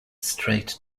straight